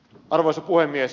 arvoisa puhemies